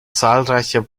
zahlreicher